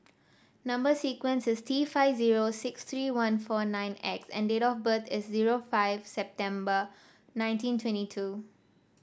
number sequence is T five zero six three one four nine X and date of birth is zero five September nineteen twenty two